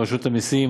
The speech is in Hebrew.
רשות המסים,